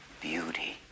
beauty